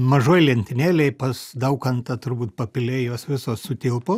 mažoj lentynėlėj pas daukantą turbūt papilėj jos visos sutilpo